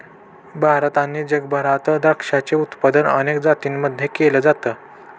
भारत आणि जगभरात द्राक्षाचे उत्पादन अनेक जातींमध्ये केल जात